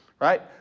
right